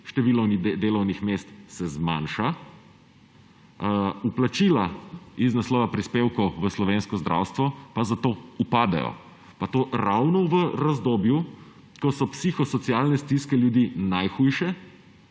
število delovnih mest se zmanjša, vplačila z naslova prispevkov v slovensko zdravstvo pa zato upadejo. Pa to ravno v razdobju, ko so psihosocialne stiske ljudi najhujše